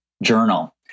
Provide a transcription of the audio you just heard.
journal